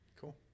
cool